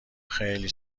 خیلی